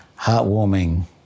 heartwarming